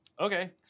Okay